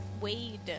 Wade